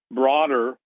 broader